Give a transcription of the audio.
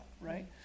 right